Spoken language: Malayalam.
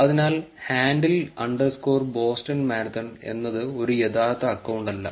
അതിനാൽ ഹാൻഡിൽ അണ്ടർസ്കോർ ബോസ്റ്റൺ മാരത്തൺ എന്നത് ഒരു യഥാർത്ഥ അക്കൌണ്ട് അല്ല